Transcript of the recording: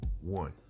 one